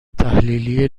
تحلیلی